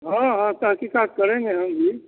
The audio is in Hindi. हाँ हाँ तहक़ीक़ात करेंगे हम भी